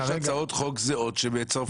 יש הצעות חוק זהות שמצרפים.